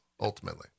ultimately